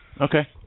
Okay